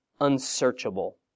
unsearchable